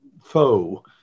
foe